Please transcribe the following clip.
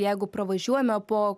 jeigu pravažiuojame po